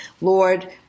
Lord